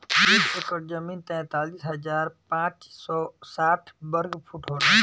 एक एकड़ जमीन तैंतालीस हजार पांच सौ साठ वर्ग फुट होला